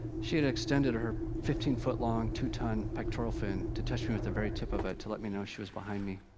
she had extended her fifteen foot long, two-ton pectoral fin, to touch me with the very tip of it, to let me know she was behind me.